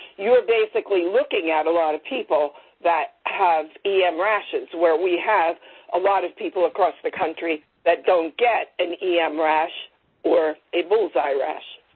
you're basically looking at a lot of people that have em rashes where we have a lot of people across the country that don't get an em rash or a bullseye rash.